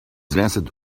dressed